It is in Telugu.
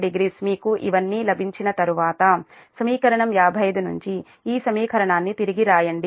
750 మీకు ఇవన్నీ లభించిన తర్వాత సమీకరణం 55 నుంచి ఈ సమీకరణాన్ని తిరిగి వ్రాయండి